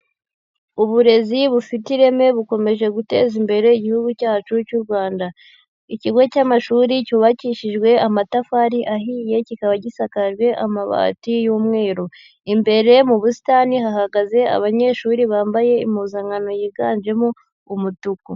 Uburezi bufite ireme bukomeje guteza imbere Igihugu cyacu cy'u Rwanda, ikigo cy'amashuri cyubakishijwe amatafari ahiye, kikaba gisakajwe amabati y'umweru, imbere mu busitani hahagaze abanyeshuri bambaye impuzankano yiganjemo umutuku.